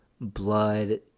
blood